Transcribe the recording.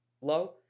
low